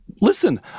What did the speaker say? listen